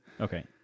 Okay